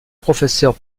professeurs